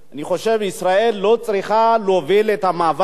אני חושב שישראל לא צריכה להוביל את המאבק באירן,